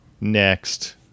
next